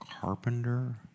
carpenter